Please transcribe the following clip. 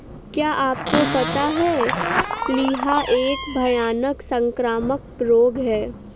क्या आपको पता है प्लीहा एक भयानक संक्रामक रोग है?